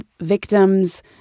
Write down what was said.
victims